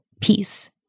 peace